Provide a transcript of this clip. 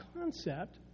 concept